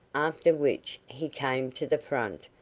after which he came to the front,